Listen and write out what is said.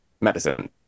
medicine